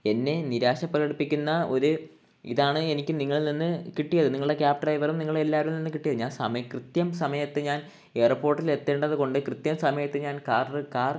എന്നെ നിരാശ പ്രകടിപ്പിക്കുന്ന ഒരു ഇതാണ് എനിക്ക് നിങ്ങളിൽ നിന്ന് കിട്ടിയത് നിങ്ങളുടെ ക്യാബ് ഡ്രൈവറും നിങ്ങൾ എല്ലാവരിൽ നിന്നും കിട്ടിയത് ഞാൻ സമയം കൃത്യം സമയത്തു ഞാൻ എയർപോർട്ടിൽ എത്തേണ്ടത് കൊണ്ട് കൃത്യസമയത്ത് ഞാൻ കാർ കാർ